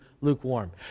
lukewarm